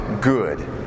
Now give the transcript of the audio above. good